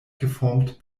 geformt